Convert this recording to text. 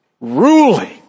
ruling